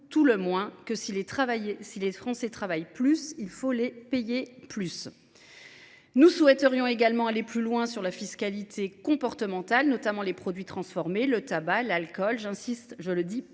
tout le moins, si les Français travaillent plus, il faut les payer plus. Nous souhaiterions également aller plus loin sur la fiscalité comportementale, notamment sur les produits transformés tels que le tabac et l’alcool. J’insiste